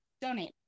donate